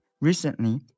Recently